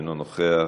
אינו נוכח,